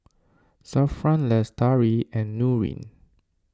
Zafran Lestari and Nurin